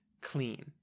clean